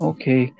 Okay